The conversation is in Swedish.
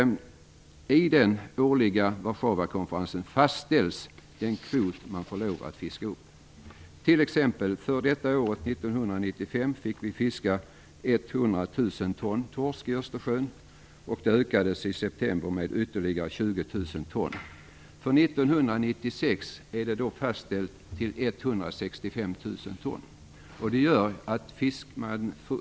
I denna årliga konferens fastställs kvoten för fisket upp. Detta år, alltså 1995, fick vi t.ex. fiska 100 000 ton torsk i Östersjön. I september ökades det på med ytterligare 20 000 ton. För 1996 är kvoten fastställd till 165 000 ton.